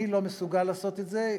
אני לא מסוגל לעשות את זה.